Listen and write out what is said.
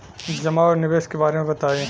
जमा और निवेश के बारे मे बतायी?